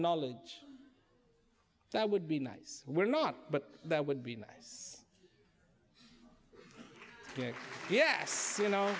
knowledge that would be nice we're not but that would be nice yes you know